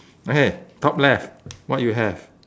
okay top left what you have